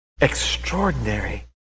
extraordinary